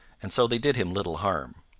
and so they did him little harm.